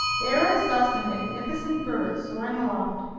there i saw some magnificent birds soaring aloft,